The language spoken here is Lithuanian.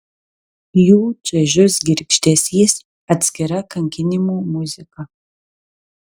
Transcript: jų čaižus girgždesys atskira kankinimų muzika